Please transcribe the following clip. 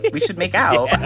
but we should make out